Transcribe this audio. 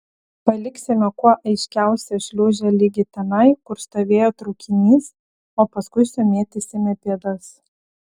paliksime kuo aiškiausią šliūžę ligi tenai kur stovėjo traukinys o paskui sumėtysime pėdas